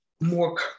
more